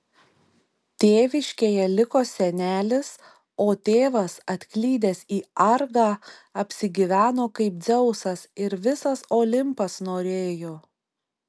tėviškėje liko senelis o tėvas atklydęs į argą apsigyveno kaip dzeusas ir visas olimpas norėjo